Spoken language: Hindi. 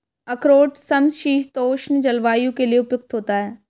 अखरोट समशीतोष्ण जलवायु के लिए उपयुक्त होता है